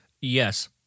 Yes